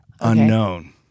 Unknown